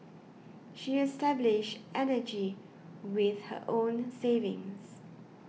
she established energy with her own savings